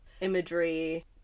imagery